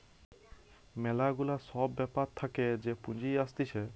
ম্যালা গুলা সব ব্যাপার থাকে যে পুঁজি আসতিছে